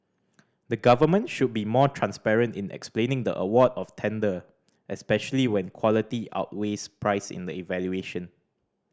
the government should be more transparent in explaining the award of tender especially when quality outweighs price in the evaluation